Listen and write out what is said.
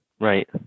Right